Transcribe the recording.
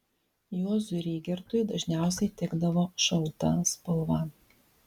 juozui rygertui dažniausiai tekdavo šalta spalva